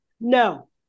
No